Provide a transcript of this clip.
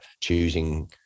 choosing